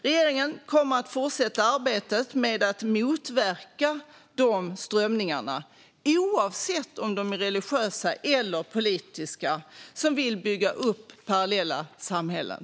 Regeringen kommer att fortsätta arbetet med att motverka de strömningar, oavsett om de är religiösa eller politiska, som vill bygga upp parallella samhällen.